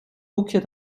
boekje